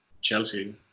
Chelsea